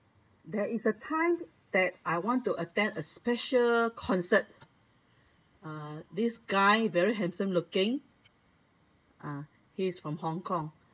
there was a time that I wanted to attend a special concert uh this guy very handsome looking ah he's from Hong-Kong